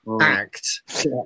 act